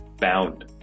bound